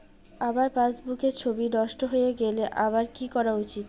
আমার পাসবুকের ছবি নষ্ট হয়ে গেলে আমার কী করা উচিৎ?